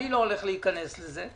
אני לא הולך להיכנס לזה.